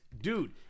Dude